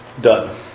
Done